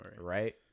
right